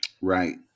Right